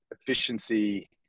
efficiency